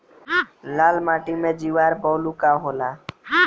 लाल माटी के जीआर बैलू का होला?